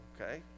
okay